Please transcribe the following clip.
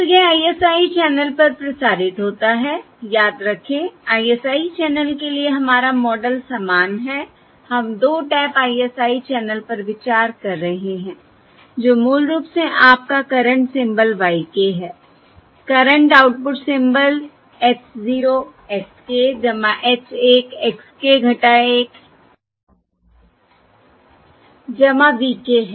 तो यह ISI channel पर प्रसारित होता है याद रखें ISI चैनल के लिए हमारा मॉडल समान है हम 2 टैप ISI चैनल पर विचार कर रहे हैं जो मूल रूप से आपका करंट सिंबल y k है current output symbol h 0 x k h 1 x k 1 v k है